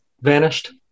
vanished